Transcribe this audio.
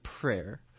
prayer